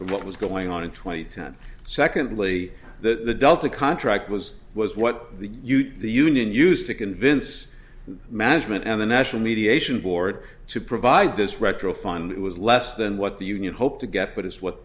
from what was going on in twenty time secondly that the delta contract was was what the the union used to convince management and the national mediation board to provide this retro fund it was less than what the union hoped to get but it's what